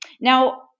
Now